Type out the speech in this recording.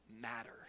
matter